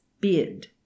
Beard